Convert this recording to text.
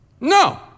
No